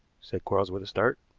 said quarles with a start.